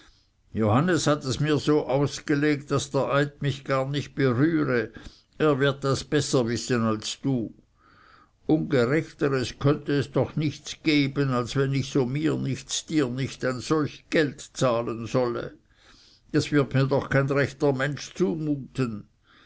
johannes hat es mir ausgelegt daß der eid mich gar nicht berühre er wird das besser wissen als du ungerechteres könnte es doch nichts geben als wenn ich so mir nichts dir nichts ein solch geld zahlen sollte das wird mir doch kein rechter mensch zumuten